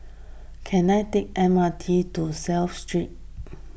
can I take M R T to Clive Street